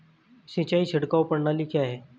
सिंचाई छिड़काव प्रणाली क्या है?